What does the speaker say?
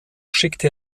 schickte